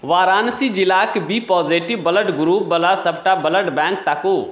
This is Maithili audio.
वाराणसी जिलाक बी पॉजिटिव ब्लड ग्रुप वला सभटा ब्लड बैंक ताकू